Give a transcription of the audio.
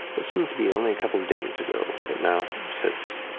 what seemed to be only a couple of days ago, but now sits,